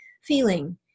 feeling